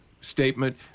statement